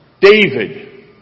David